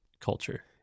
culture